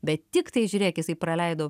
bet tiktai žiūrėk jisai praleido